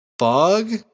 Bug